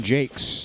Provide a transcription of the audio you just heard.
Jake's